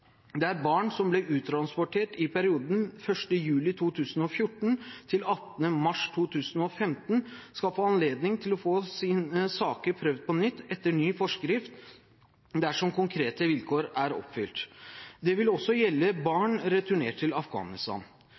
barn som ble uttransportert i perioden 1. juli 2014–18. mars 2015, skal få anledning til å få sine saker prøvd på nytt etter ny forskrift dersom konkrete vilkår er oppfylt. Det vil også gjelde barn returnert til Afghanistan.